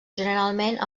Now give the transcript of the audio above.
generalment